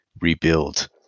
rebuild